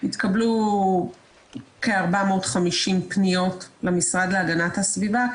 התקבלו כ-450 פניות למשרד להגנת הסביבה.